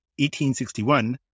1861